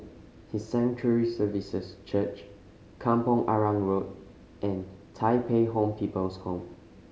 His Sanctuary Services Church Kampong Arang Road and Tai Pei Home People's Home